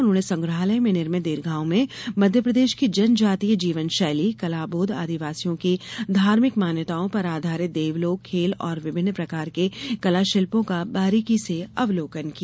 उन्होंने संग्रहालय में निर्मित दीर्घाओं में मध्यप्रदेश की जनजातीय जीवनशैली कलाबोध आदिवासियों की धार्मिक मान्यताओं पर आधारित देवलोक खेल और विभिन्न प्रकार के कलाशिल्पों का बारीकी से अवलोकन किया